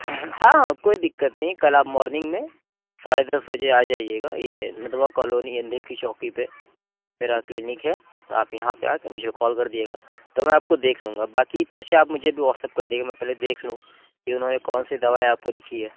ہاں کوئی دقت نہیں کل آپ مورننگ میں ساڑھے دس بجے آ جائیے گا یہ ندوہ کالونی اندھے کی چوکی پہ میرا کلینک ہے آپ یہاں پہ آکے مجھے کال کر دیجیے گا تو میں آپ کو دیکھ لوں گا باقی پرچہ آپ مجھے بھی واٹس ایپ کر دیجیے گا میں پہلے دیکھ لوں کہ اُنہوں نے کون سی دوائیں آپ کو لکھی ہے